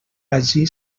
hagi